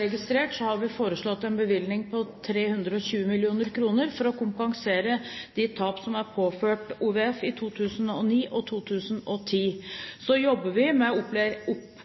registrert, har vi foreslått en bevilgning på 320 mill. kr for å kompensere de tap som er påført OVF i 2009 og 2010. Så jobber vi med